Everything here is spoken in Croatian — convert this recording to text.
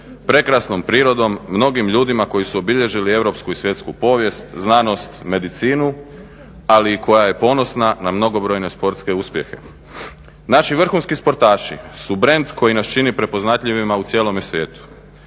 prekrasnom prirodom, mnogim ljudima koji su obilježili europsku i svjetsku povijest, znanost, medicinu, ali koja je ponosna na mnogobrojne sportske uspjehe. Naši vrhunski sportaši su brend koji nas čini prepoznatljivima u cijelome svijetu,